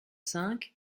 cinq